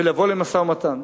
ולבוא ולמשא-ומתן.